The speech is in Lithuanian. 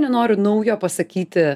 nenoriu naujo pasakyti